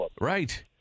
Right